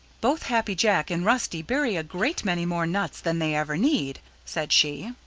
both happy jack and rusty bury a great many more nuts than they ever need, said she,